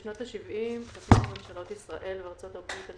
בשנות ה-70 חתמו ממשלות ישראל וארצות הברית על